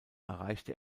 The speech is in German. erreichte